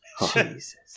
Jesus